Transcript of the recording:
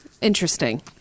Interesting